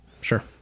Sure